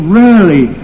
rarely